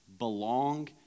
belong